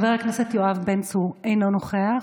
חבר הכנסת יואב בן צור, אינו נוכח,